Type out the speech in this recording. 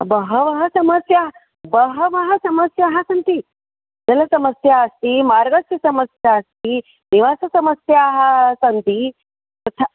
बह्वयः समस्याः बह्वयः समस्याः सन्ति जलसमस्या अस्ति मार्गस्य समस्या अस्ति निवाससमस्याः सन्ति तथा